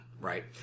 right